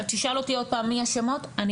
תשאל אותי עוד פעם מי השמות?